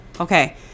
Okay